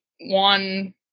one